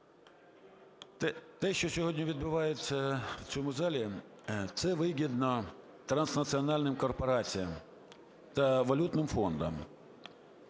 Те, що сьогодні відбувається в цьому залі, це вигідно транснаціональним корпораціям та валютним фондам,